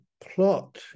plot